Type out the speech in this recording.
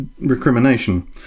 recrimination